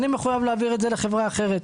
אני מחויב להעביר את זה לחברה אחרת.